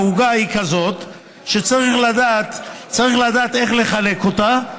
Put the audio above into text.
והעוגה היא כזאת שצריך לדעת איך לחלק אותה,